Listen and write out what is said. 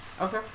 Okay